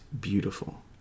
beautiful